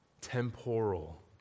temporal